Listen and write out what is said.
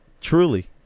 truly